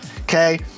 Okay